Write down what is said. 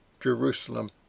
Jerusalem